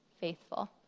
faithful